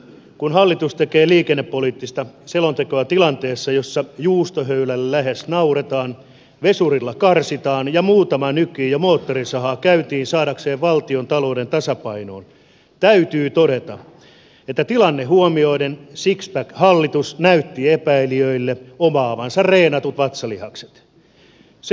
kun hallitus tekee liikennepoliittista selontekoa tilanteessa jossa juustohöylälle lähes nauretaan vesurilla karsitaan ja muutama nykii jo moottorisahaa käyntiin saadakseen valtiontalouden tasapainoon täytyy todeta että tilanne huomioiden sixpack hallitus näytti epäilijöille omaavansa treenatut vatsalihakset